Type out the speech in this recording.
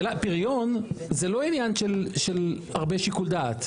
פריון זה לא עניין של הרבה שיקול דעת.